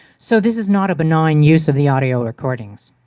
so this is not a benign use of the audio recordings.